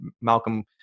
Malcolm